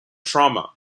trauma